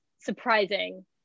surprising